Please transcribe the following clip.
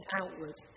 outward